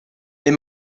they